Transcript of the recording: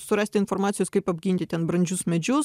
surasti informacijos kaip apginti ten brandžius medžius